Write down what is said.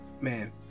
man